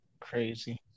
Crazy